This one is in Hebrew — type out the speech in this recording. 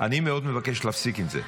אני מאוד מבקש להפסיק עם זה.